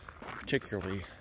particularly